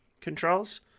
controls